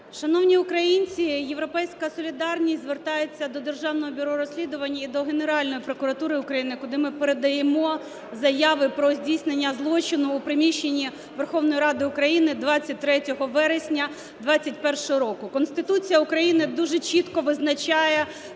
Шановні українці, "Європейська солідарність" звертається до Державного бюро розслідування і до Генеральної прокуратури України, куди ми передаємо заяви про здійснення злочину у приміщенні Верховної Ради України 23 вересня 21-го року. Конституція України дуже чітко визначає